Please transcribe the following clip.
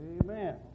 Amen